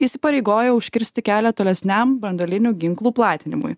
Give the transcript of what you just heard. įsipareigojo užkirsti kelią tolesniam branduolinių ginklų platinimui